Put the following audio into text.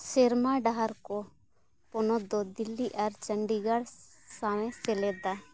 ᱥᱮᱨᱢᱟ ᱰᱟᱦᱟᱨ ᱠᱚ ᱯᱚᱱᱚᱛ ᱫᱚ ᱫᱤᱞᱞᱤ ᱟᱨ ᱪᱚᱱᱰᱤᱜᱚᱲ ᱥᱟᱶᱮ ᱥᱮᱞᱮᱫᱟ